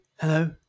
hello